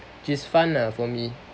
which is fun lah for me